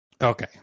Okay